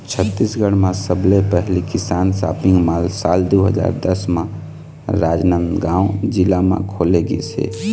छत्तीसगढ़ म सबले पहिली किसान सॉपिंग मॉल साल दू हजार दस म राजनांदगांव जिला म खोले गिस हे